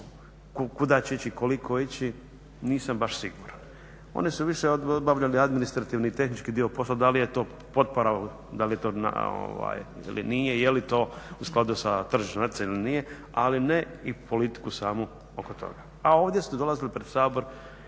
kuda će ići, koliko ići, nisam baš siguran. Oni su više obavljali administrativni i tehnički dio posla, da li je to potpora, da li je to ili nije, je li to u skladu sa tržišnim natjecanjem ili nije, ali ne i politiku samu oko toga, a ovdje ste dolazili pred Sabor